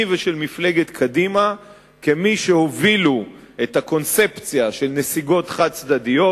ושל מפלגת קדימה כמי שהובילו את הקונספציה של נסיגות חד-צדדיות,